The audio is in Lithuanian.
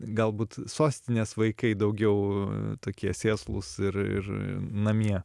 galbūt sostinės vaikai daugiau tokie sėslūs ir ir namie